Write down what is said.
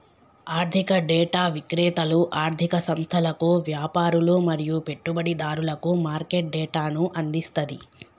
ఆర్థిక డేటా విక్రేతలు ఆర్ధిక సంస్థలకు, వ్యాపారులు మరియు పెట్టుబడిదారులకు మార్కెట్ డేటాను అందిస్తది